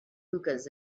hookahs